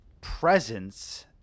presence